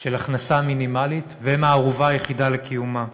של הכנסה מינימלית והן הערובה היחידה לקיומם.